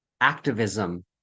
activism